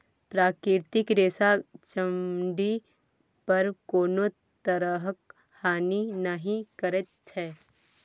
प्राकृतिक रेशा चमड़ी पर कोनो तरहक हानि नहि करैत छै